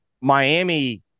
Miami